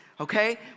okay